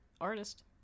artist